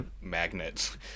magnets